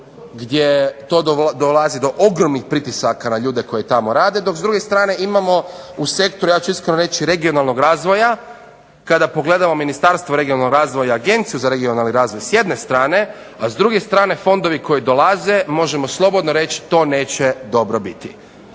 gdje dolazi do ogromnih pritisaka na ljude koji tamo rade, dok s druge strane imamo u sektoru, ja ću iskreno reći, regionalnog razvoja, kada pogledamo Ministarstvo regionalnog razvoja i Agenciju za regionalni razvoj s jedne strane, a s druge strane fondovi koji dolaze možemo slobodno reći to neće dobro biti.